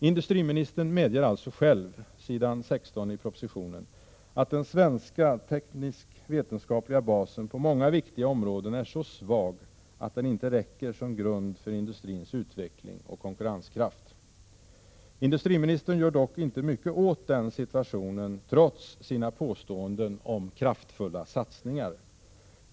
Industriministern medger alltså själv, på s. 16 i propositionen, att den svenska teknisk-vetenskapliga basen på många viktiga områden är så svag att den inte räcker som grund för industrins utveckling och konkurrenskraft. Industriministern gör dock inte mycket åt situationen trots sina påståenden om kraftfulla satsningar.